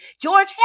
George